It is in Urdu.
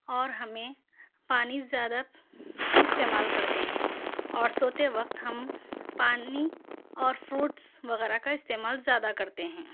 اور ہمیں پانی زیادہ استعمال کرتے ہیں اور سوتے وقت ہم پانی اور فروٹس وغیرہ کا استعمال زیادہ کرتے ہیں